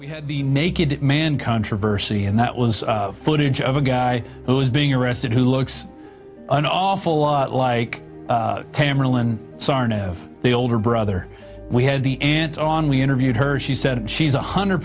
we had the naked man controversy and that was footage of a guy who was being arrested who looks an awful lot like tamerlan the older brother we had the aunt on we interviewed her she said she's one hundred